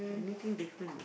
anything different